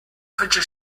fece